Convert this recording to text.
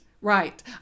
right